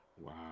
Wow